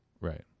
Right